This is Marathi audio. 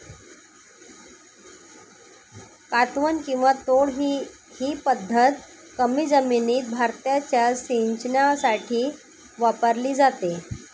कातवन किंवा तोड ही पद्धत कमी जमिनीत भाताच्या सिंचनासाठी वापरली जाते